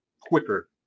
quicker